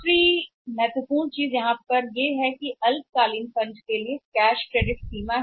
यहाँ एक और महत्वपूर्ण अल्पावधि निधि की आसान उपलब्धता है नकद ऋण सीमा